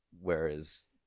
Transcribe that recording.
Whereas